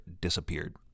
disappeared